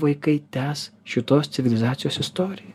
vaikai tęs šitos civilizacijos istoriją